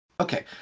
Okay